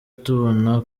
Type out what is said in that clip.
tubona